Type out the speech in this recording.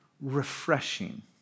refreshing